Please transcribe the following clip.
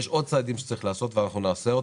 יש עוד צעדים שצריך לעשות שאנחנו נעשה.